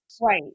Right